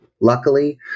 luckily